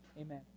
Amen